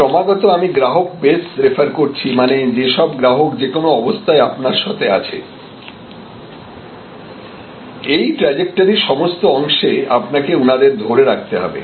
ক্রমাগত আমি গ্রাহক বেস রেফার করছি মানে যে সব গ্রাহক যেকোনো অবস্থায় আপনার সঙ্গে আছে এই ট্রাজেক্টরির সমস্ত অংশে আপনাকে উনাদের ধরে রাখতে হবে